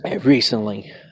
recently